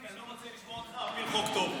כי אני לא רוצה לראות אותך --- חוק טוב.